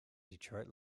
detroit